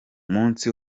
munsi